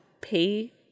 pay